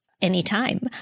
Anytime